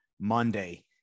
Monday